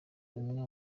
umwe